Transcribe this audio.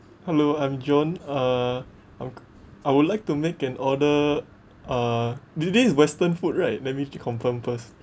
hello I'm john uh uh c~ I would like to make an order uh thi~ this western food right let me j~ confirm first